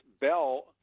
Bell –